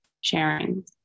sharing